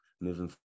moving